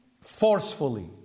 forcefully